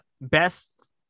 best